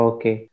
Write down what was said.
Okay